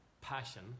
passion